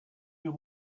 you